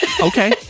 okay